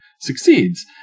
succeeds